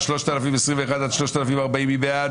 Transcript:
הצבעה